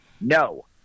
No